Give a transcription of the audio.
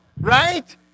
Right